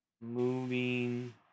Moving